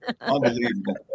Unbelievable